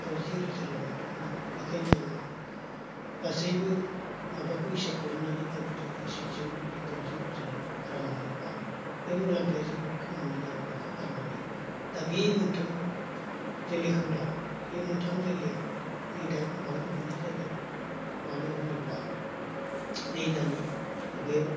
दजि रोजाल' मोन्दोंमोन आं बेखायनो आं गासैबो माबाखौ हिसाब खालामनानै भाबिदो बोसोरसेयाव जुदि दजि रोजाल' रां मोनोबा बे मुलाम्फाया जोबोद खम होननानै बेखौ आं गारनानै दा बे मोनथाम जोलैखौ लाबाय बे मोनथाम जोलैआव नै दा गोबां मोननाय जादों मानो होनोब्ला नै दानि मुगायाव